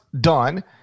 done